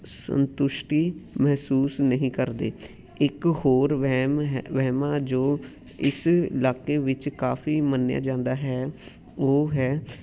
ਸੰਤੁਸ਼ਟੀ ਮਹਿਸੂਸ ਨਹੀਂ ਕਰਦੇ ਇੱਕ ਹੋਰ ਵਹਿਮ ਹੈ ਵਹਿਮ ਆ ਜੋ ਇਸ ਇਲਾਕੇ ਵਿੱਚ ਕਾਫ਼ੀ ਮੰਨਿਆ ਜਾਂਦਾ ਹੈ ਉਹ ਹੈ